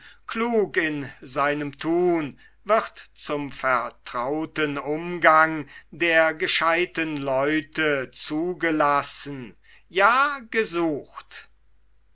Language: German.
in seinem thun wird zum vertrauten umgang der gescheuten leute zugelassen ja gesucht